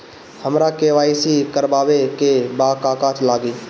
हमरा के.वाइ.सी करबाबे के बा का का लागि?